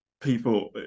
people